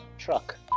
truck